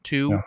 Two